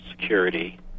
Security